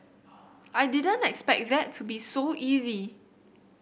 I didn't expect that to be so easy